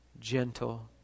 gentle